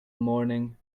morning